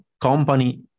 company